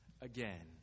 again